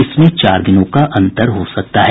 इसमें चार दिनों का अंतर हो सकता है